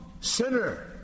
sinner